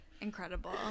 Incredible